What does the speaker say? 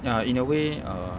ya in a way err